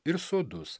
ir sodus